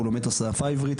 שהוא לומד את השפה העברית,